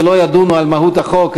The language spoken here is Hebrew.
ולא ידונו על מהות החוק,